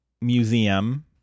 Museum